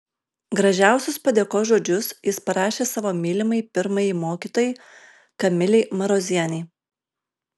gražiausius padėkos žodžius jis parašė savo mylimai pirmajai mokytojai kamilei marozienei